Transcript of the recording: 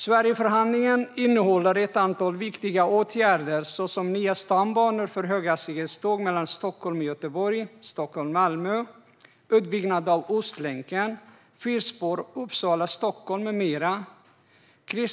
Sverigeförhandlingen innehåller ett antal viktiga åtgärder, såsom nya stambanor för höghastighetståg mellan Stockholm och Göteborg samt Stockholm och Malmö, utbyggnad av Ostlänken, fyrspår mellan Uppsala och Stockholm med mera.